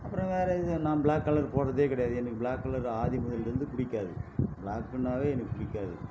அப்புறம் வேறு இது நான் பிளாக் கலர் போடுறதே கிடையாது எனக்கு பிளாக் கலர் ஆதி மூலையிலிருந்து பிடிக்காது பிளாக்குன்னாவே எனக்கு பிடிக்காது